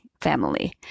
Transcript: family